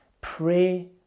Pray